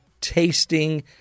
tasting